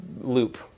loop